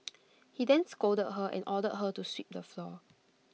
he then scolded her and ordered her to sweep the floor